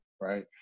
right